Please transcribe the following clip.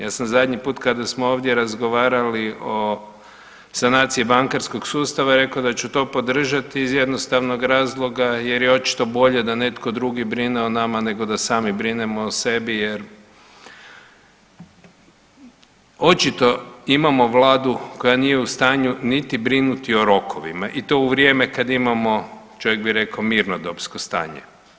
Ja sam zadnji puta kada smo ovdje razgovarali o sanaciji bankarskog sustava rekao da ću to podržati iz jednostavnog razloga jer je očito bolje da netko drugi brine o nama nego da sami brinemo o sebi, jer očito imamo Vladu koja nije u stanju niti brinuti o rokovima i to u vrijeme kad imamo čovjek bi rekao mirnodopsko stanje.